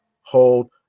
hold